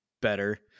better